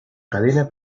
cadena